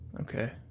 Okay